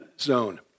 zone